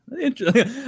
Interesting